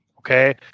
okay